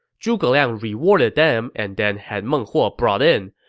zhuge liang rewarded them and then had meng huo brought in.